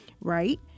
right